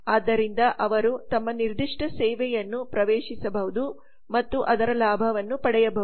ಇದರಿಂದ ಅವರು ತಮ್ಮ ನಿರ್ದಿಷ್ಟ ಸೇವೆಯನ್ನು ಪ್ರವೇಶಿಸಬಹುದು ಮತ್ತು ಅದರ ಲಾಭವನ್ನು ಪಡೆಯಬಹುದು